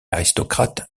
aristocrate